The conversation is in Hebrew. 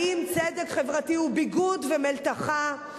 האם צדק חברתי הוא ביגוד ומלתחה?